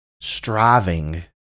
striving